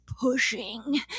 pushing